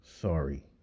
Sorry